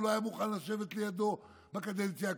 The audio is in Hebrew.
הוא לא היה מוכן לשבת לידו בקדנציה הקודמת,